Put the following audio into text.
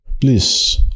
please